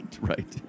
right